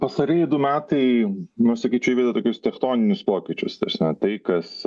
pastarieji du metai nu sakyčiau tokius tektoninius pokyčius ta prasme tai kas